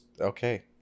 Okay